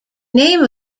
name